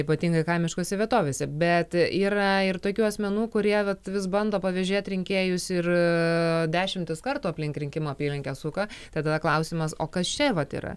ypatingai kaimiškose vietovėse bet yra ir tokių asmenų kurie vat vis bando pavėžėt rinkėjus ir dešimtis kartų aplink rinkimų apylinkę suka tada klausimas o kas čia vat yra